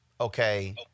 okay